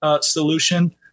solution